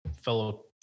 fellow